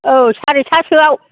औ सारिथासोआव